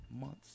months